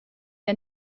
der